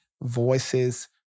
voices